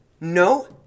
No